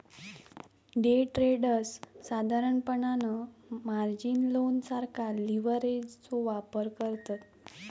day traders साधारणपणान margin loan सारखा लीव्हरेजचो वापर करतत